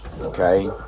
Okay